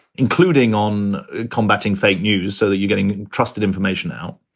including on combating fake news so that you're getting trusted information out,